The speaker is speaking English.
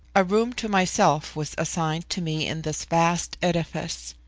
a room to myself was assigned to me in this vast edifice.